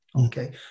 Okay